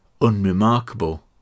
unremarkable